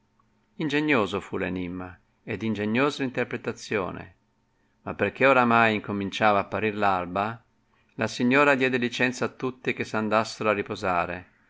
ingenioso fu enimma ed ingeniosa l'interpretazione ma perchè ormai incominciava apparir l alba la signora diede licenza a tutti che s andassero a riposare